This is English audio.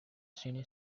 senior